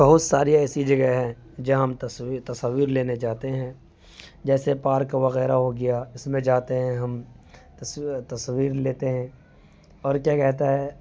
بہت ساری ایسی جگہ ہے جہاں ہم تصویر تصاویر لینے جاتے ہیں جیسے پارک وغیرہ ہوگیا اس میں جاتے ہیں ہم تصویر لیتے ہیں اور کیا کہتا ہے